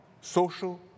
social